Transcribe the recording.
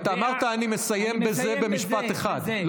אתה אמרת "אני מסיים בזה" במשפט אחד.